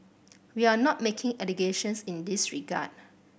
we are not making allegations in this regard